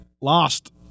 lost